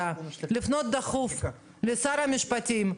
עוזר לך כי את שאלת מספיק שאלות.